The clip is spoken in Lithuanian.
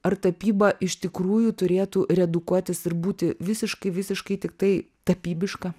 ar tapyba iš tikrųjų turėtų redukuotis ir būti visiškai visiškai tiktai tapybiška